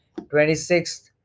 26th